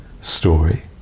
story